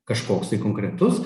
kažkoks tai konkretus